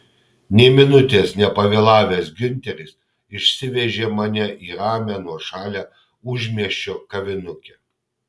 nė minutės nepavėlavęs giunteris išsivežė mane į ramią nuošalią užmiesčio kavinukę